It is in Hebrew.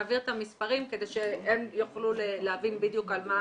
נעביר את המספרים כדי שהם יוכלו להבין בדיוק על מה